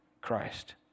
Christ